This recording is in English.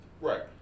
Right